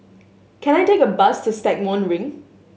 can I take a bus to Stagmont Ring